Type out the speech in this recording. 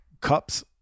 Cups